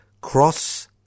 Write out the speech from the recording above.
Cross